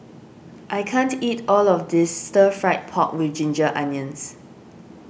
I can't eat all of this Stir Fried Pork with Ginger Onions